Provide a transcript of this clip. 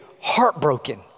heartbroken